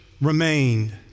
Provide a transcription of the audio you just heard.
remained